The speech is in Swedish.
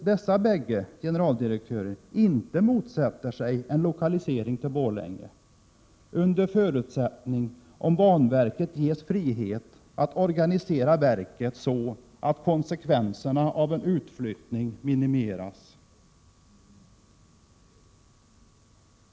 De bägge generaldirektörerna motsätter sig inte en lokalisering till Borlänge, under förutsättning att banverket ges frihet att organisera sig så att konsekvenserna av en utflyttning minimeras.